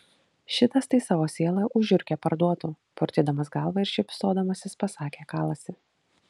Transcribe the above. šitas tai savo sielą už žiurkę parduotų purtydamas galvą ir šypsodamasis pasakė kalasi